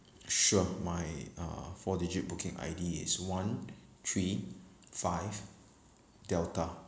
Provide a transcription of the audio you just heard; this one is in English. sure my uh four digit booking I_D is one three five delta